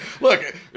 Look